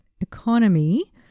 economy